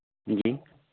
जी